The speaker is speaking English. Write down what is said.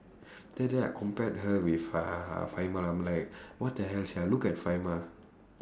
then then I compared her with uh I'm like what the hell sia look at